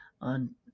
on